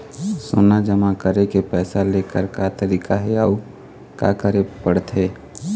सोना जमा करके पैसा लेकर का तरीका हे अउ का करे पड़थे?